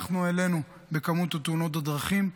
אנחנו העלינו במספר תאונות הדרכים.